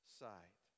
sight